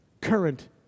current